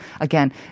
again